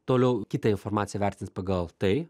toliau kitą informaciją vertins pagal tai